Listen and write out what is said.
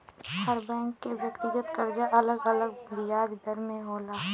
हर bank के व्यक्तिगत करजा अलग अलग बियाज दर पे होला